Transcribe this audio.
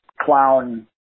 clown